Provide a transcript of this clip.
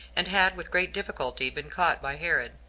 and had with great difficulty been caught by herod.